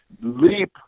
leap